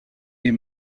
est